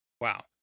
Wow